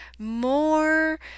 more